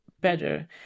better